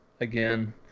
again